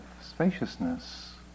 spaciousness